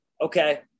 Okay